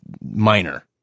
minor